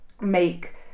make